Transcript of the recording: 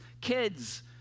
kids